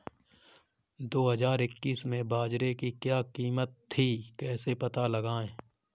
दो हज़ार इक्कीस में बाजरे की क्या कीमत थी कैसे पता लगाएँ?